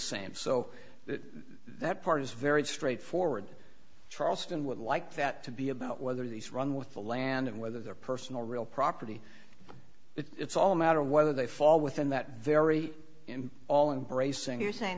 same so that that part is very straightforward charleston would like that to be about whether these run with the land and whether their personal real property it's all a matter of whether they fall within that very end all and bracing you're saying